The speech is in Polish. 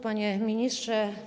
Panie Ministrze!